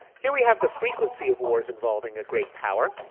here we have the frequency of wars involving a great power,